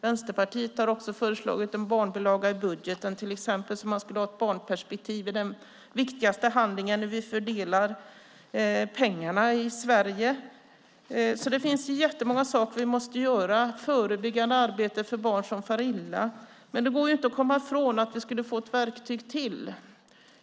Vänsterpartiet har också till exempel föreslagit en barnbilaga i budgeten så att det blir ett barnperspektiv i den viktigaste handlingen där vi fördelar pengarna i Sverige. Det finns jättemånga saker som vi måste göra. Förebyggande arbete för barn som far illa är en sak. Men det går inte att komma ifrån att vi skulle få ett verktyg till.